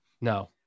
No